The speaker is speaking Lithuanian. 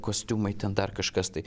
kostiumai ten dar kažkas tai